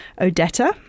Odetta